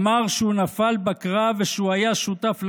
אמר שהוא נפל בקרב ושהוא היה שותף לדרך,